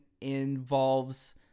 involves